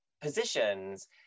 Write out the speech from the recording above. positions